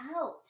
out